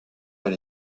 elle